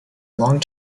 long